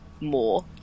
more